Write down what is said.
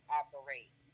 operate